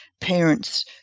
parents